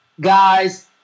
guys